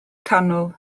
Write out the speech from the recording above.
canol